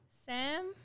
Sam